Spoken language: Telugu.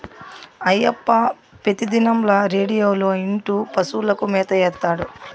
అయ్యప్ప పెతిదినంల రేడియోలో ఇంటూ పశువులకు మేత ఏత్తాడు